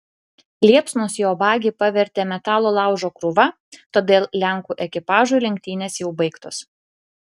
liepsnos jo bagį pavertė metalo laužo krūva todėl lenkų ekipažui lenktynės jau baigtos